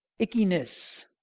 ickiness